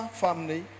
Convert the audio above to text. family